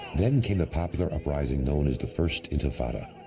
then came the popular uprising, known as the first intifada.